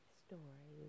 story